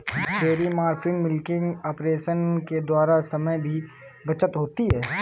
dairy farming milking operation के द्वारा समय की भी बचत होती है